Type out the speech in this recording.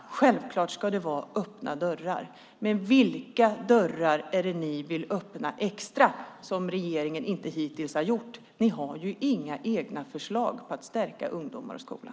Självklart ska det vara öppna dörrar. Men vilka dörrar vill ni öppna som regeringen hittills inte har öppnat? Ni har ju inga egna förslag om att stärka för ungdomarna och skolan.